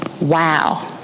wow